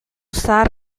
zahar